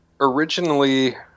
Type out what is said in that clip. originally